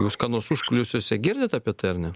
jūs ką nors užkulisiuose girdit apie tai ar ne